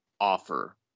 offer